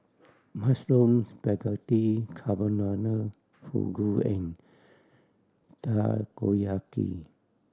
Mushroom Spaghetti Carbonara Fugu and Takoyaki